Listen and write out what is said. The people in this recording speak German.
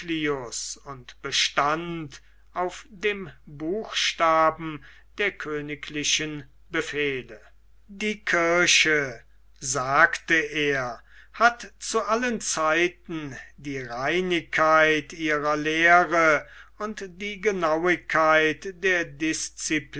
und bestand auf dem buchstaben der königlichen befehle die kirche sagte er hat zu allen zeiten die reinigkeit ihrer lehre und die genauigkeit der